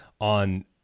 on